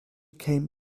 came